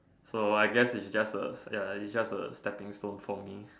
so I guess it's just a ya it's just a stepping stone for me